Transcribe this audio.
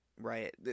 right